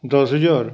ਦਸ ਹਜ਼ਾਰ